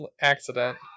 accident